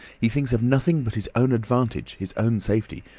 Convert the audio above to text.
he thinks of nothing but his own advantage, his own safety.